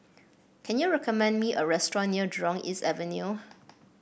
can you recommend me a restaurant near Jurong East Avenue